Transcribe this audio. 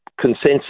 consensus